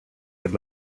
had